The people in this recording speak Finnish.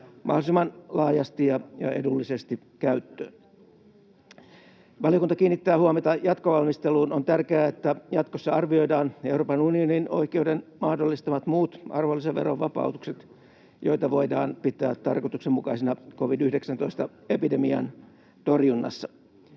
mahdollisimman laajasti ja edullisesti käyttöön. Valiokunta kiinnittää huomiota jatkovalmisteluun. On tärkeää, että jatkossa arvioidaan Euroopan unionin oikeuden mahdollistamat muut arvonlisäveron vapautukset, joita voidaan pitää tarkoituksenmukaisina covid-19-epidemian torjunnassa.